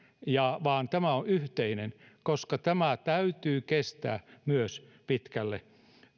vaan tämä on yhteinen koska tämän täytyy kestää myös pitkälle